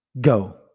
go